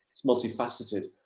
it's multifaceted,